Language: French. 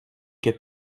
que